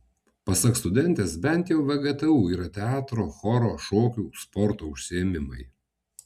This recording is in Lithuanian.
pasak studentės bent jau vgtu yra teatro choro šokių sporto užsiėmimai